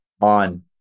on